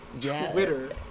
Twitter